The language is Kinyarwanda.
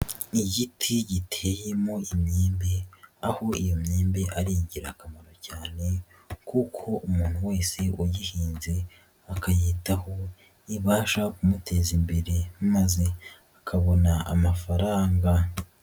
Igiti giteyemo imyembe aho iyo myembe ari ingirakamaro cyane kuko umuntu wese uyihinze akayitaho ibasha kumuteza imbere maze akabona amafaranga.